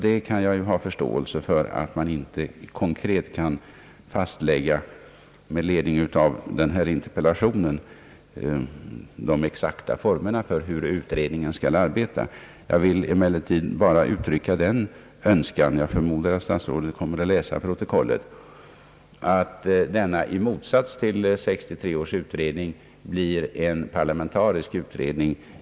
Jag kan ha förståelse för att man med utgångspunkt från denna interpellation inte konkret kan fastlägga de exakta for merna för utredningens arbete. Jag vill emellertid bara uttrycka den önskan — jag förmodar att statsrådet kommer att läsa protokollet — att denna utredning i motsats till 1963 års utredning blir parlamentarisk.